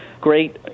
great